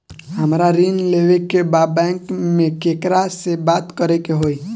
हमरा ऋण लेवे के बा बैंक में केकरा से बात करे के होई?